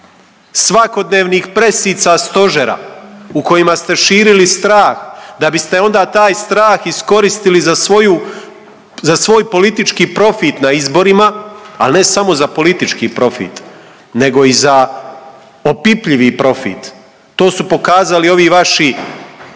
svakodnevnih pressica stožera u kojima ste širili strah da biste onda taj strah iskoristili za svoju, za svoj politički profit na izborima, al ne samo za politički profit nego i za opipljivi profit. To su pokazali ovi vaši